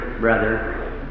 brother